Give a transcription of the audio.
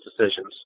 decisions